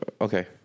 okay